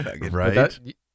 right